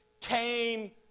came